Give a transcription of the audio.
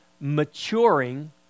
maturing